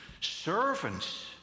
Servants